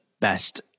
best